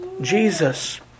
Jesus